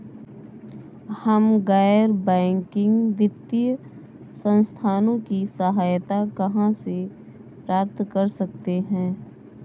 हम गैर बैंकिंग वित्तीय संस्थानों की सहायता कहाँ से प्राप्त कर सकते हैं?